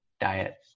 Diet